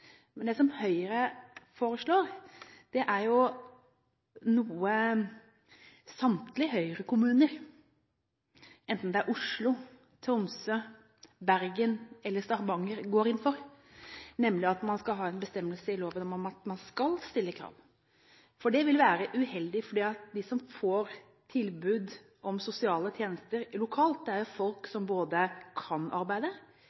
Men det som Høyre foreslår, er jo noe samtlige høyrekommuner – enten det er Oslo, Tromsø, Bergen eller Stavanger – går inn for, nemlig at man skal ha en bestemmelse i loven om at man skal stille krav. Det vil være uheldig, for de som får tilbud om sosiale tjenester lokalt, er jo folk som både kan arbeide,